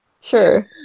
sure